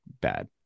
bad